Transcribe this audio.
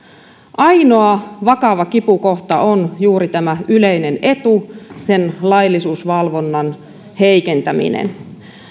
ainoa vakava kipukohta on juuri tämä yleinen etu sen laillisuusvalvonnan heikentäminen